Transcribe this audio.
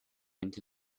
into